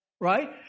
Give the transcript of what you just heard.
right